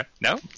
No